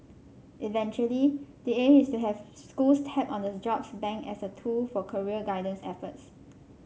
eventually the aim is to have schools tap on the jobs bank as a tool for career guidance efforts